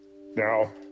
Now